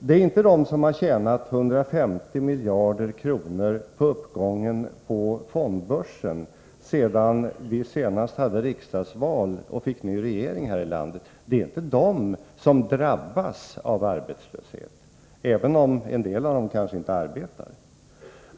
Det är inte de som har tjänat 150 miljarder på uppgången på fondbörsen sedan vi senast hade riksdagsval och fick ny regering här i landet som drabbas av arbetslöshet — även om en del av dem inte arbetar.